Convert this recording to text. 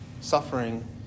Suffering